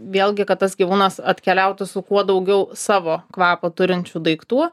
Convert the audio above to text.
vėlgi kad tas gyvūnas atkeliautų su kuo daugiau savo kvapą turinčių daiktų